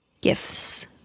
Gifts